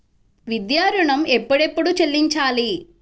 విద్యా ఋణం ఎప్పుడెప్పుడు చెల్లించాలి?